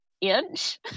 inch